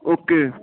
okay